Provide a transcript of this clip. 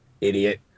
idiot